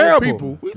people